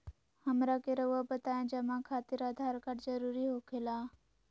हमरा के रहुआ बताएं जमा खातिर आधार कार्ड जरूरी हो खेला?